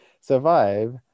survive